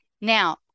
Now